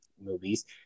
movies